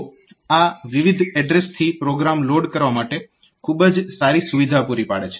તો આ વિવિધ એડ્રેસથી પ્રોગ્રામ લોડ કરવા માટે ખૂબ જ સારી સુવિધા પૂરી પાડે છે